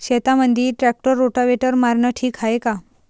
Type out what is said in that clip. शेतामंदी tractor rotavator मारनं ठीक हाये का?